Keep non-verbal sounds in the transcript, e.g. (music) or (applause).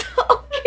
(laughs)